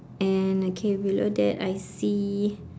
and K below that I see